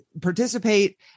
participate